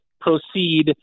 proceed